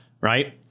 Right